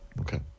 Okay